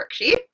worksheet